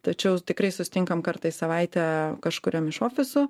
tačiau tikrai susitinkam kartą į savaitę kažkuriam iš ofisų